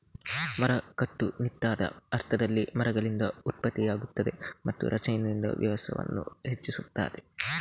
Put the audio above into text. ಮರ, ಕಟ್ಟುನಿಟ್ಟಾದ ಅರ್ಥದಲ್ಲಿ, ಮರಗಳಿಂದ ಉತ್ಪತ್ತಿಯಾಗುತ್ತದೆ ಮತ್ತು ರಚನೆಯಿಂದ ವ್ಯಾಸವನ್ನು ಹೆಚ್ಚಿಸುತ್ತದೆ